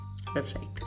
website